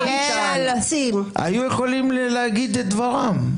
היו יכולים להגיד את דברם.